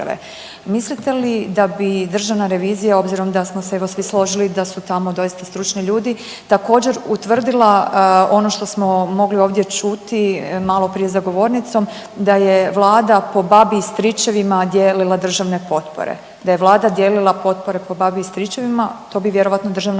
Mislite li da bi državna revizija, obzirom da smo se evo svi složili da su tamo doista stručni ljudi, također, utvrdila ono što smo mogli ovdje čuti maloprije za govornicom da je Vlada po babi i stričevima dijelila državne potpore, da je Vlada dijelila potpore po babi i stričevima, to bi vjerovatno državna revizija